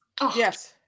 Yes